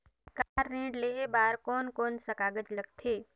Car ऋण लेहे बार कोन कोन सा कागज़ लगथे?